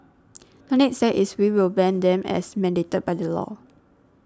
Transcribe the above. the next step is we will ban them as mandated by the law